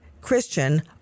Christian